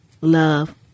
love